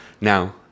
now